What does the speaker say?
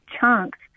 chunks